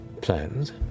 plans